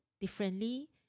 differently